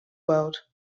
world